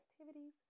activities